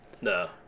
No